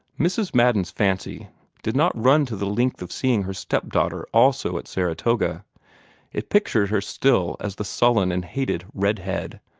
mrs. madden's fancy did not run to the length of seeing her step-daughter also at saratoga it pictured her still as the sullen and hated red-head,